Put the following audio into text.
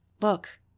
Look